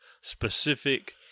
specific